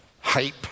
hype